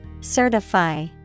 Certify